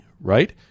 right